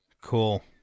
cool